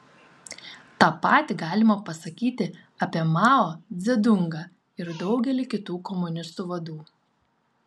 tą patį galima pasakyti apie mao dzedungą ir daugelį kitų komunistų vadų